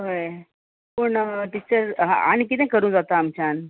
हय पूण टिचर आनी किदें करूं जाता आमच्यान